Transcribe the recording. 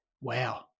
Wow